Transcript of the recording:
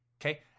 Okay